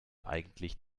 eigentlich